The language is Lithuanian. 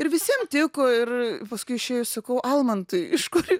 ir visiem tiko ir paskui išėjus sakau almantai iš kur